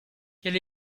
quel